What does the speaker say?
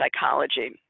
psychology